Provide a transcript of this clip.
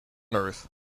earth